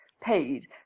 paid